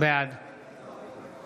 בעד